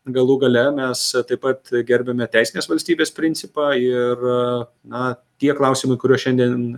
galų gale mes taip pat gerbiame teisinės valstybės principą ir na tie klausimai kuriuos šiandien